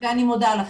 אני מודה לכם.